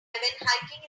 hiking